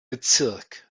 bezirk